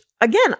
again